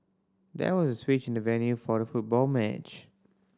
there was switch in the venue for the football match